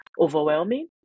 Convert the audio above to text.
overwhelming